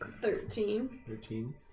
Thirteen